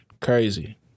Crazy